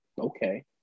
okay